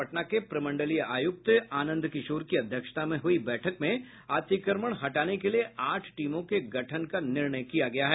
पटना के प्रमंडलीय आयुक्त आनंद किशोर की अध्यक्षता में हुई बैठक में अतिक्रमण हटाने के लिए आठ टीमों के गठन का निर्णय किया गया है